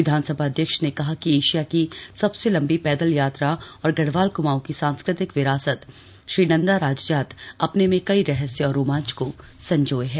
विधानसभा अध्यक्ष ने कहा कि एशिया की सबसे लंबी पैदल यात्रा और गढ़वाल क्माऊं की सांस्कृतिक विरासत श्रीनंदा राजजात अपने में कई रहस्य और रोमांच को संजोए है